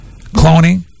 Cloning